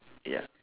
ya